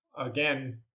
Again